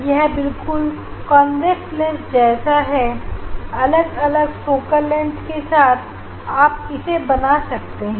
यह बिल्कुल convex lens जैसा है अलग अलग फोकल लेंथ के साथ आप इसे बना सकते हैं